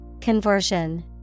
Conversion